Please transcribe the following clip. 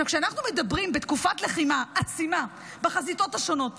כשאנחנו מדברים בתקופת לחימה עצימה בחזיתות השונות,